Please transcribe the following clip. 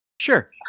Sure